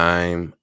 Time